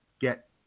get